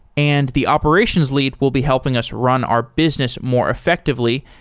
and the operations lead will be helping us run our business more effectively,